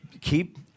keep